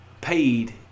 paid